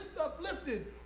uplifted